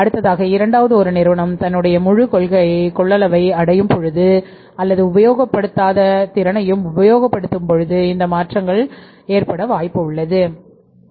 அடுத்ததாக இரண்டாவது ஒரு நிறுவனம் தன்னுடைய முழு கொள்ளளவை அடையும் பொழுது அல்லது உபயோகப்படுத்தாத திறனையும் உபயோகப்படுத்தும் பொழுது இந்த மாற்றங்கள் ஏற்பட வாய்ப்பு உள்ளது